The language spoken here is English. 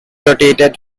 rotated